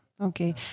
Okay